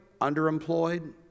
underemployed